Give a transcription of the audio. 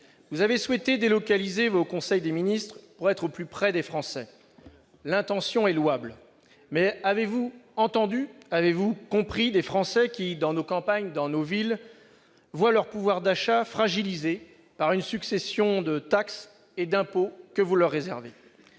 vous avez souhaité délocaliser vos conseils des ministres pour être au plus près des Français. L'intention est louable, mais avez-vous entendu, avez-vous compris les Français, qui, dans nos campagnes, dans nos villes, voient leur pouvoir d'achat fragilisé par la succession de taxes et d'impôts que vous leur réservez ?